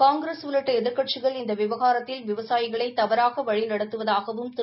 காங்கிரஸ் உள்ளிட்ட எதிர்க்கட்சிகள் இந்த விவகாரத்தில் விவசாயிகளை தவறாக வழிநடத்துவதாகவும் திரு